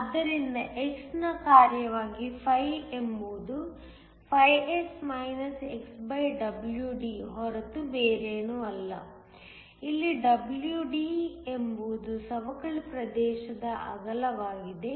ಆದ್ದರಿಂದ x ನ ಕಾರ್ಯವಾಗಿ φ ಎಂಬುದು S xWD ಹೊರತು ಬೇರೇನೂ ಅಲ್ಲ ಇಲ್ಲಿ WD ಎಂಬುದು ಸವಕಳಿ ಪ್ರದೇಶದ ಅಗಲವಾಗಿದೆ